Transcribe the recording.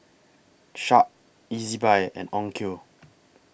Sharp Ezbuy and Onkyo